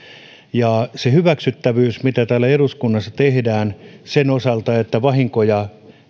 ja sen hyväksyttävyyden kannalta mitä täällä eduskunnassa tehdään sen osalta että vahinkoja